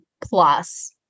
plus